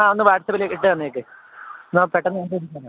ആ ഒന്ന് വാട്സപ്പിലേക്കിട്ടു തന്നേക്കൂ ഞാന് പെട്ടെന്ന്